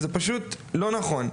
זה פשוט לא נכון.